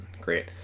great